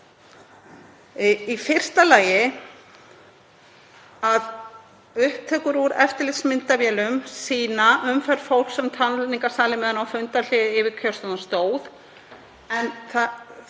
Í fyrsta lagi að upptökur úr eftirlitsmyndavélum sýna umferð fólks um talningarsalinn meðan á fundarhléi yfirkjörstjórnar stóð.